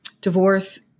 divorce